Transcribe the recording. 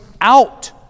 out